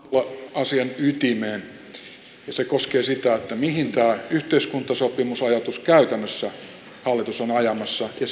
asian ytimeen ja se koskee sitä mihin tätä yhteiskuntasopimusajatusta käytännössä hallitus on ajamassa ja